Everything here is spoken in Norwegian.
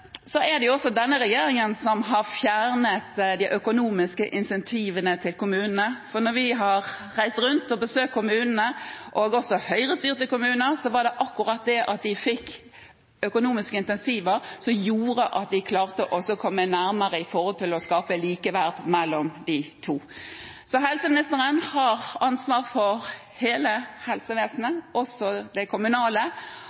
Så er det jo også denne regjeringen som har fjernet de økonomiske incentivene til kommunene. Når vi har reist rundt og besøkt kommunene, også Høyre-styrte kommuner, har vi sett at det var akkurat det at de fikk økonomiske incentiver, som gjorde at de klarte å komme nærmere med hensyn til å skape likeverd mellom de to. Så helseministeren har ansvar for hele